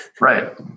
Right